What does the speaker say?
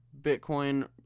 Bitcoin